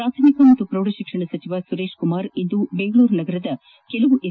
ಪಾಥಮಿಕ ಮತ್ತು ಪೌಢ ಶಿಕ್ಷಣ ಸಚಿವ ಸುರೇಶ್ ಕುಮಾರ್ ಇಂದು ಬೆಂಗಳೂರು ನಗರದ ಕೆಲವು ಎಸ್